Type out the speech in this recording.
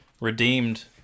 redeemed